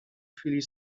chwili